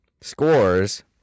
scores